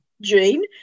gene